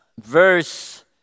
verse